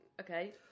Okay